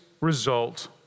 result